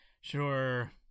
sure